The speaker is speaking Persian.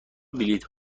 بلیط